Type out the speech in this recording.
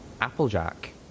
Applejack